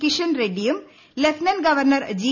കിഷൻ റെഡ്സിയും lieutenant governor G